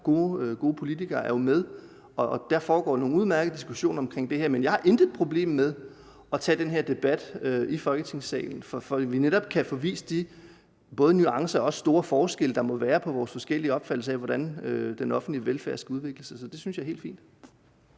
gode politikere – og der foregår der nogle udmærkede diskussioner om det her. Men jeg har ikke noget problem med at tage den her debat i Folketingssalen, for at vi netop kan få vist både nuancerne og de store forskelle, der også måtte være i vores opfattelser af, hvordan den offentlige velfærd skal udvikle sig. Så det synes jeg er helt fint.